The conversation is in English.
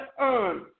earn